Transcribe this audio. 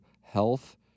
health